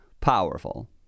powerful